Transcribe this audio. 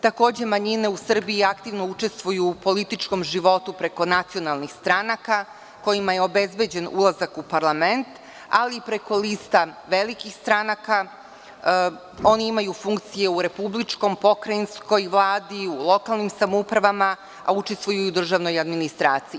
Takođe, manjine u Srbiji aktivno učestvuju u političkom životu preko nacionalnih stranaka kojima je obezbeđen ulazak u parlament, ali preko lista velikih stranaka oni imaju funkcije u Republičkoj pokrajinskoj Vladi, u lokalnim samoupravama, a učestvuju u državnoj administraciji.